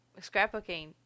scrapbooking